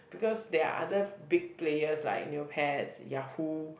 because there are other big players like Neopets Yahoo